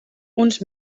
uns